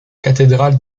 cathédrale